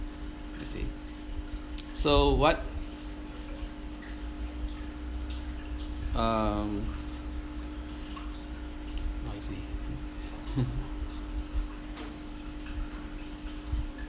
you see so what um noisy